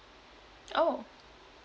orh